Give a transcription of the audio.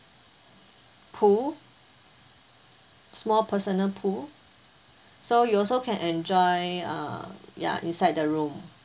pool small personal pool so you also can enjoy uh ya inside the room